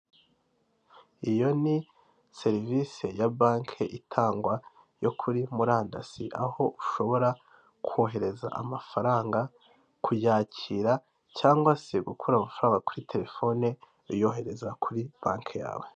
Iyo ni serivisi ya banke itangwa yo kuri murandasi, aho ushobora kohereza amafaranga, kuyakira cyangwa se gukura amafaranga kuri telefone uyohereza kuri banke yawe.